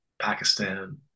pakistan